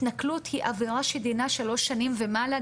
התנכלות היא עבירה שדינה שלוש שנים ומעלה,